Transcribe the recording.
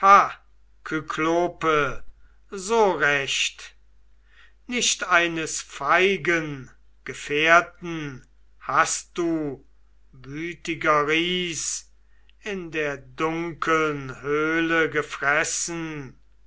so recht nicht eines feigen gefährten hast du wütiger ries in der dunkeln höhle gefressen